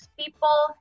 people